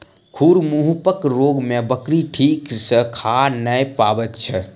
खुर मुँहपक रोग मे बकरी ठीक सॅ खा नै पबैत छै